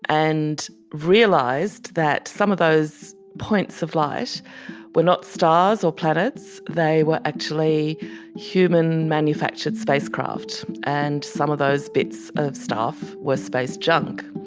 and realized that some of those points of light were not stars or planets. they were actually human manufactured spacecraft, and some of those bits of stuff were space junk.